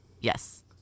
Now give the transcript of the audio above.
Yes